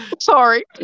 Sorry